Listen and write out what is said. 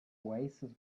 oasis